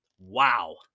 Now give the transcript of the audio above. Wow